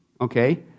okay